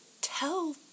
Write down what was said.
tell